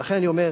ולכן אני אומר,